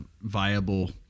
viable